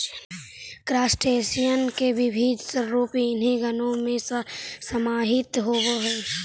crustacean के विविध स्वरूप इन्हीं गणों में समाहित होवअ हई